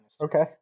okay